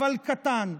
אבל קטן,